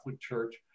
Church